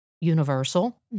universal